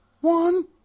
one